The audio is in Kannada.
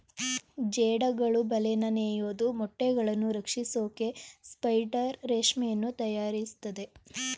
ಜೇಡಗಳು ಬಲೆನ ನೇಯೋದು ಮೊಟ್ಟೆಗಳನ್ನು ರಕ್ಷಿಸೋಕೆ ಸ್ಪೈಡರ್ ರೇಷ್ಮೆಯನ್ನು ತಯಾರಿಸ್ತದೆ